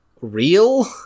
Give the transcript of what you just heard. real